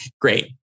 Great